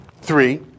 Three